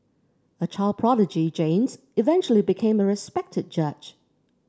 a child prodigy James eventually became a respected judge